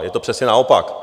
Je to přesně naopak.